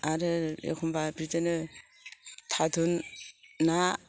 आरो एखम्बा बिदिनो थारुन ना